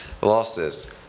Losses